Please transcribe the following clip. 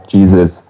Jesus